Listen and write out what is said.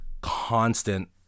constant